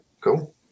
cool